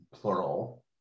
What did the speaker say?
plural